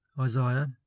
Isaiah